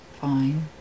fine